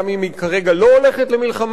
גם אם היא כרגע לא הולכת למלחמה,